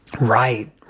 Right